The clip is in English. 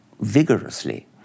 vigorously